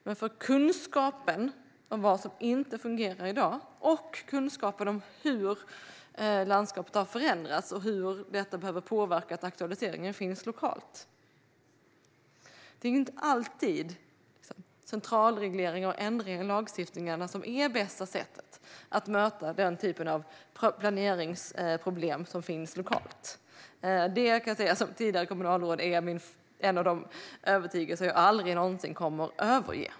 Men vi behöver kunskap om vad som inte fungerar i dag och kunskap om hur landskapet har förändrats och hur det behöver påverka att aktualiseringen finns lokalt. Det är inte alltid centralregleringar och ändringar i lagstiftningarna som är det bästa sättet att möta den typ av planeringsproblem som finns lokalt. Det kan jag som tidigare kommunalråd säga är en av de övertygelser som jag aldrig någonsin kommer att överge.